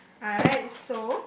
I like so